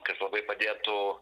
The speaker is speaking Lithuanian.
kas labai padėtų